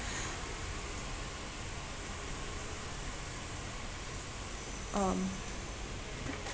um